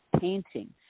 painting